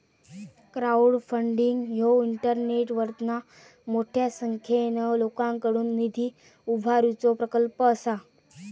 crowdfunding ह्यो इंटरनेटवरना मोठ्या संख्येन लोकांकडुन निधी उभारुचो प्रकल्प असा